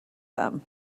them